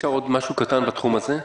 אפשר עוד משהו קטן בתחום הזה?